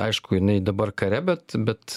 aišku jinai dabar kare bet bet